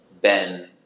Ben